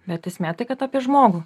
bet esmė tai kad apie žmogų